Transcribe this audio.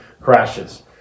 crashes